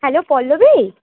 hello Pallavi